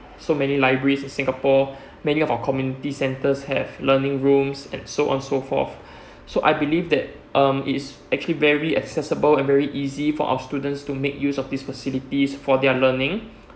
so many libraries in singapore many of our community centres have learning rooms and so on so forth so I believe that um it is actually very accessible and very easy for our students to make use of these facilities for their learning